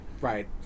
Right